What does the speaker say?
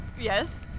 Yes